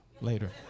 Later